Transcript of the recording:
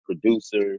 producer